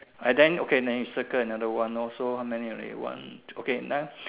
uh then okay then we circle another one hor so how many already one okay then